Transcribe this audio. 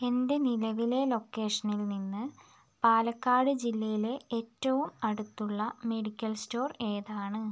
എൻ്റെ നിലവിലെ ലൊക്കേഷനിൽ നിന്ന് പാലക്കാട് ജില്ലയിലെ ഏറ്റവും അടുത്തുള്ള മെഡിക്കൽ സ്റ്റോർ ഏതാണ്